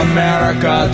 America